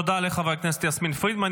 תודה לחברת הכנסת יסמין פרידמן.